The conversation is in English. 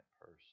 person